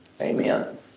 Amen